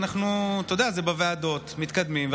אתה יודע, זה בוועדות ומתקדמים.